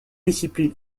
discipline